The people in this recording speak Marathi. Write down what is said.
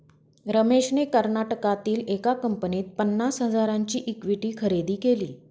रमेशने कर्नाटकातील एका कंपनीत पन्नास हजारांची इक्विटी खरेदी केली